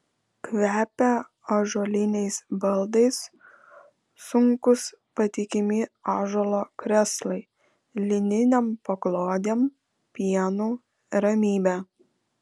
kvepia ąžuoliniais baldais sunkūs patikimi ąžuolo krėslai lininėm paklodėm pienu ramybe